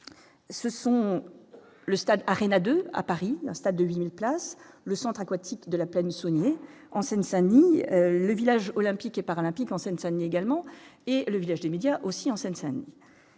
ce sont le stade 2 à Paris, un stade de 8000 places, le centre aquatique de la peine en Seine-Saint-Denis, le village olympique et paralympique en Seine-Saint-Denis également et le village des médias aussi en Seine-Saint-Denis,